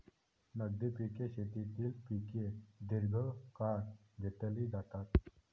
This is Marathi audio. नगदी पिके शेतीतील पिके दीर्घकाळ घेतली जातात